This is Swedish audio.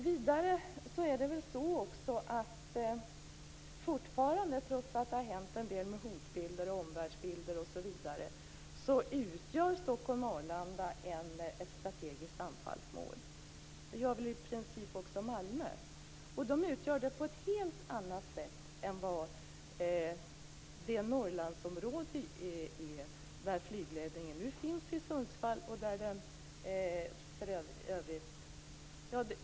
Vidare utgör väl fortfarande Stockholm/Arlanda, trots att det har hänt en del i fråga om hotbilder, omvärldsbilder osv., ett strategiskt anfallsmål - och det gäller i princip också Malmö - på ett helt annat sätt än det Norrlandsområde där flygledningen nu finns i Sundsvall.